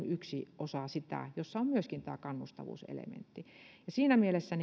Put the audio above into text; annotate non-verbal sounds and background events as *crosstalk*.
*unintelligible* yksi osa sitä on tämä kielilisä jossa on myöskin tämä kannustavuuselementti siinä mielessä *unintelligible*